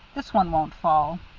this one won't fall.